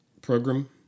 program